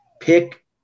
pick